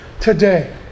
today